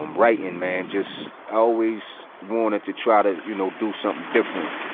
um writing, man just i always wanted to try to, you know, do something different.